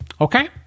Okay